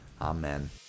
Amen